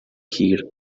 کیر